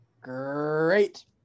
Great